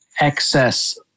excess